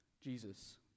Jesus